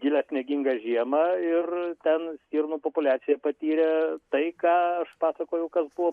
gilią sniegingą žiemą ir ten stirnų populiacija patyrė tai ką aš pasakojau kas buvo